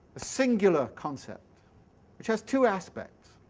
a singular concept which has two aspects.